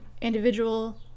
individual